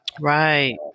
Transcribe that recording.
Right